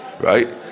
right